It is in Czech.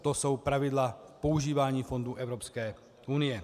To jsou pravidla používání fondů Evropské unie.